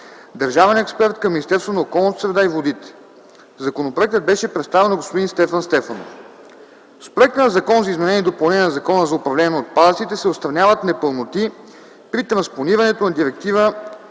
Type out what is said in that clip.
държавен експерт към Министерството на околната среда и водите. Законопроектът беше представен от господин Стефан Стефанов. Със Законопроекта за изменение и допълнение на Закона за управление на отпадъците се отстраняват непълноти при транспонирането на Директива